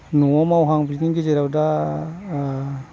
न'आव मावहां बिदिनि गेजेराव दा